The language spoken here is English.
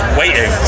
waiting